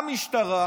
במשטרה,